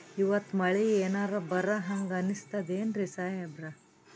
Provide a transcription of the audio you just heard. ಇವತ್ತ ಮಳಿ ಎನರೆ ಬರಹಂಗ ಅನಿಸ್ತದೆನ್ರಿ ಸಾಹೇಬರ?